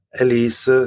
Elise